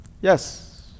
Yes